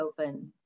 open